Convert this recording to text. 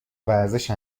ورزش